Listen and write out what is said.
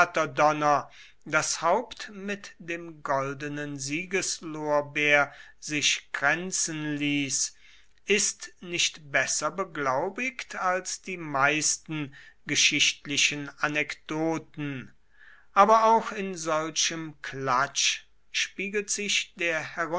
das haupt mit dem goldenen siegeslorbeer sich kränzen ließ ist nicht besser beglaubigt als die meisten geschichtlichen anekdoten aber auch in solchem klatsch spiegelt sich der